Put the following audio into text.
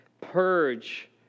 purge